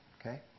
Okay